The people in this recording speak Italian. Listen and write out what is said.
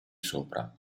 sopra